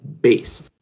base